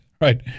Right